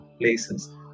places